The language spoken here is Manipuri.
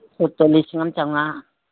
ꯁꯨꯠꯇ ꯂꯤꯁꯤꯡ ꯑꯃ ꯆꯃꯉꯥ